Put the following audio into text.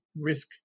risk